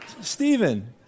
Stephen